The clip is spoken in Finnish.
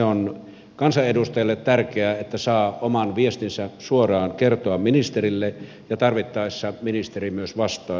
on kansanedustajille tärkeää että saa oman viestinsä suoraan kertoa ministerille ja tarvittaessa ministeri myös vastaa